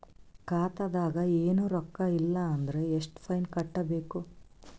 ಖಾತಾದಾಗ ಏನು ರೊಕ್ಕ ಇಲ್ಲ ಅಂದರ ಎಷ್ಟ ಫೈನ್ ಕಟ್ಟಬೇಕು?